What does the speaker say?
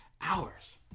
hours